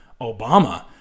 Obama